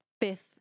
fifth